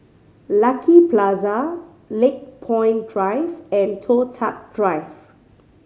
Lucky Plaza Lakepoint Drive and Toh Tuck Drive